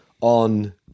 on